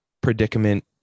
predicament